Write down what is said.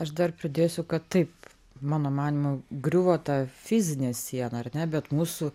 aš dar pridėsiu kad taip mano manymu griuvo ta fizinė siena ar ne bet mūsų